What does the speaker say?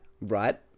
Right